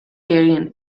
egin